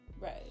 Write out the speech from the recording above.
right